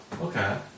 Okay